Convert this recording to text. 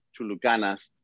Chulucanas